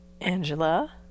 Angela